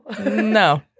no